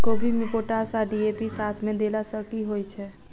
कोबी मे पोटाश आ डी.ए.पी साथ मे देला सऽ की होइ छै?